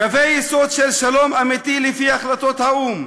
קווי יסוד של שלום אמיתי לפי החלטות האו"ם,